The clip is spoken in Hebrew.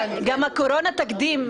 גם הקורונה היא תקדים.